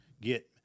get